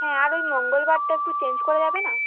হ্যাঁ আর ওই মঙ্গলবারটা একটু চেঞ্জ করা যাবে না